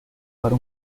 para